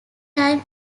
time